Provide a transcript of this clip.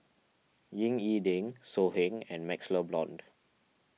Ying E Ding So Heng and MaxLe Blond